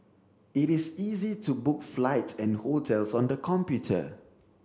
it is easy to book flights and hotels on the computer